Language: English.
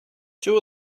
two